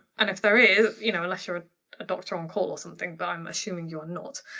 and if there is, you know, unless you're a doctor on call or something but i'm assuming you're not,